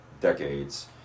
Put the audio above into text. decades